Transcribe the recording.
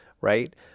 right